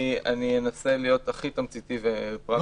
אני אנסה להיות הכי תמציתי ופרקטי.